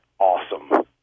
Awesome